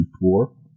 poor